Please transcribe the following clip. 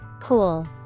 cool